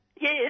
Yes